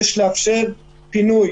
יש לאפשר פינוי